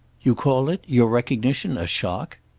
you call it your recognition a shock?